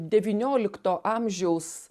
devyniolikto amžiaus